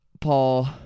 Paul